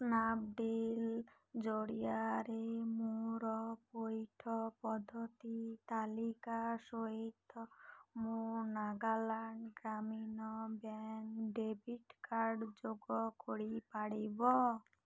Snapdeal ଜରିଆରେ ମୋର ପଇଠ ପଦ୍ଧତି ତାଲିକା ସହିତ ମୋ Nagaland Gramin bank debit card ଯୋଗ କରିପାରିବ